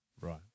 Right